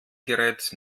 gerät